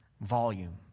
volume